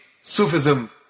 Sufism